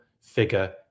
figure